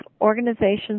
organizations